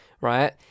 right